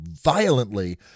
violently